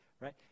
right